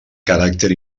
caràcter